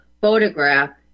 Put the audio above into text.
photograph